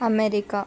America